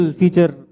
feature